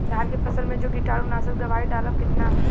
धान के फसल मे जो कीटानु नाशक दवाई डालब कितना?